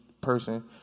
person